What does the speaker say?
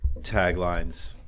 taglines